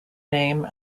name